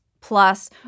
plus